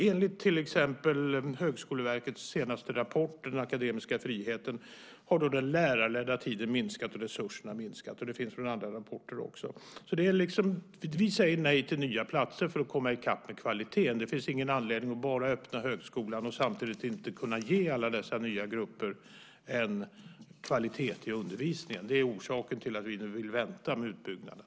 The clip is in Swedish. Enligt exempelvis Högskoleverkets senaste rapport Den akademiska friheten har den lärarledda tiden minskat och resurserna minskat. Detta finns i andra rapporter också. Vi säger nej till nya platser för att komma i kapp med kvaliteten. Det finns ingen anledning att bara öppna högskolan och samtidigt inte kunna ge alla dessa nya grupper en kvalitet i undervisningen. Det är orsaken till att vi nu vill vänta med utbyggnaden.